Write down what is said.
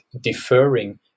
deferring